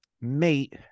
mate